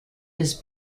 his